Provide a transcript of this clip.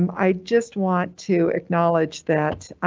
um i just want to acknowledge that.